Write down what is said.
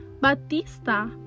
Batista